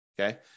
Okay